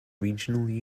regional